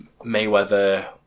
mayweather